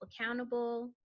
accountable